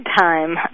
time